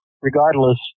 Regardless